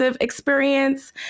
experience